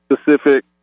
specific